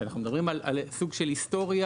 אנחנו מדברים על סוג של היסטוריה.